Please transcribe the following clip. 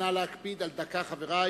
נא להקפיד על דקה, חברי.